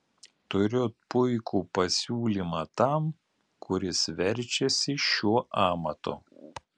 turiu puikų pasiūlymą tam kuris verčiasi šiuo amatu